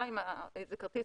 אם את תקבלי